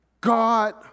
God